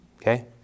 Okay